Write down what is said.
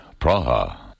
Praha